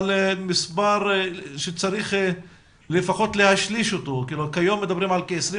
כך שצריך לפחות לשלש את המספר כי כיום מדברים על כ-22-20